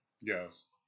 Yes